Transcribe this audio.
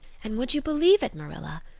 and would you believe it, marilla?